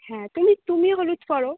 হ্যাঁ তুমি তুমিও হলুদ পরো